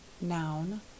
Noun